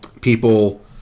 people